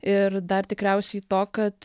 ir dar tikriausiai to kad